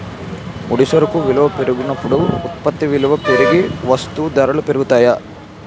ముడి సరుకు విలువల పెరిగినప్పుడు ఉత్పత్తి విలువ పెరిగి వస్తూ ధరలు పెరుగుతాయి